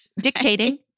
dictating